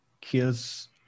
kills